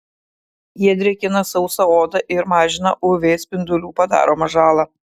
jie drėkina sausą odą ir mažina uv spindulių padaromą žalą